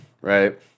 right